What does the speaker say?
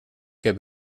heb